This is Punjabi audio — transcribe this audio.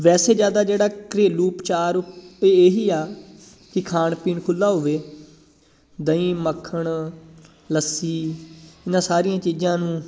ਵੈਸੇ ਜ਼ਿਆਦਾ ਜਿਹੜਾ ਘਰੇਲੂ ਉਪਚਾਰ ਇਹੀ ਆ ਕਿ ਖਾਣ ਪੀਣ ਖੁੱਲ੍ਹਾ ਹੋਵੇ ਦਹੀਂ ਮੱਖਣ ਲੱਸੀ ਇਨ੍ਹਾਂ ਸਾਰੀਆਂ ਚੀਜ਼ਾਂ ਨੂੰ